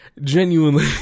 genuinely